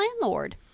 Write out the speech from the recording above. landlord